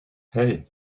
hei